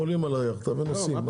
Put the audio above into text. עולים על היאכטה ונוסעים.